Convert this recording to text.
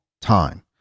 time